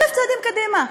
אלף צעדים קדימה.